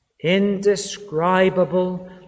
Indescribable